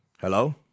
Hello